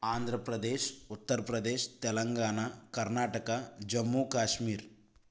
Andhra Pradesh Uttar Pradesh Telangana Karnataka Jammu Kashmir